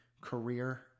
career